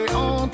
on